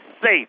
safe